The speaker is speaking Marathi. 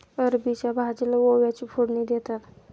अरबीच्या भाजीला ओव्याची फोडणी देतात